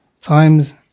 times